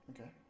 Okay